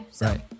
Right